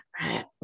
right